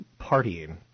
partying